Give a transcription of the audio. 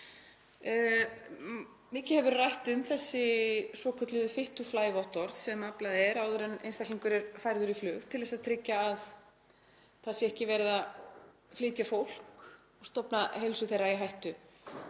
Mikið hefur verið rætt um þessi svokölluðu „fit to fly“-vottorð sem aflað er áður en einstaklingur er færður í flug til að tryggja að það sé ekki verið að flytja fólk og stofna heilsu þess í hættu,